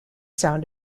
sound